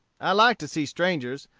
i like to see strangers.